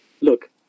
look